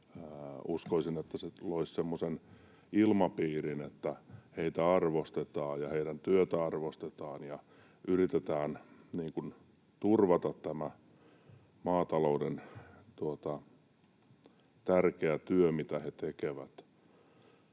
pitkäaikaista ilmapiiriä, että heitä arvostetaan ja heidän työtään arvostetaan ja yritetään turvata tämä maatalouden tärkeä työ, mitä he tekevät.